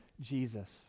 Jesus